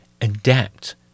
adapt